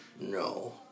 No